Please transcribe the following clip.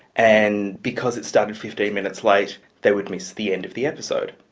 and because it started fifteen minutes late, they would miss the end of the episode.